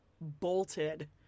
bolted